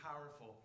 powerful